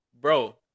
Bro